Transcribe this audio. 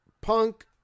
Punk